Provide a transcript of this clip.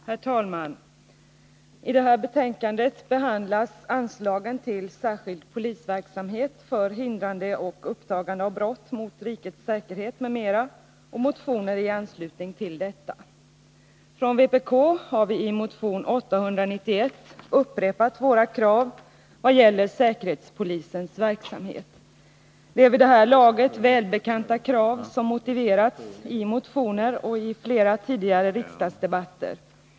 Herr talman! I det här betänkandet behandlas anslagen till särskild polisverksamhet för hindrande och uppdagande av brott mot rikets säkerhet m.m. och motioner i anslutning härtill. Från vpk har vi i motion 891 upprepat våra krav vad gäller säkerhetspolisens verksamhet. Det är vid det här laget välbekanta krav, som motiverats i motioner och i flera tidigare riksdagsdebatter.